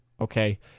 okay